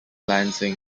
lansing